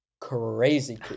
crazy